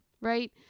right